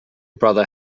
brother